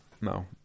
No